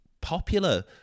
popular